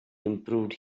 improved